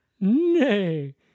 nay